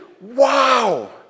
Wow